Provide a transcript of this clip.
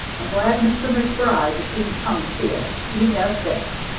i'm glad mr. macbride didn't come to see it. he'd have fits.